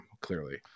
Clearly